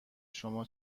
شما